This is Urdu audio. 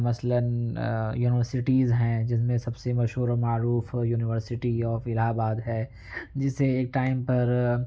مثلاً یونیورسٹیز ہیں جن میں سب سے مشہور و معروف یونیورسٹی آف الٰہ آباد ہے جسے ایک ٹائم پر